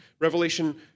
Revelation